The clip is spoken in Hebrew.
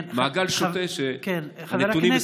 מעגל שוטה, והנתונים מספרים את הסיפור.